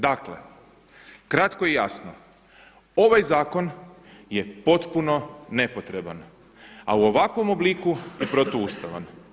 Dakle, kratko i jasno, ovaj zakon je potpuno nepotreban a u ovakvom obliku i protuustavan.